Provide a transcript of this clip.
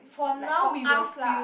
like for us lah